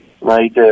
right